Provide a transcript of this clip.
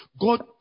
god